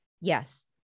Yes